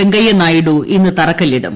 വെങ്കയ്യനായിഡു ഇന്ന് തറക്കല്ലിടും